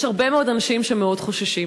יש הרבה מאוד אנשים שמאוד חוששים.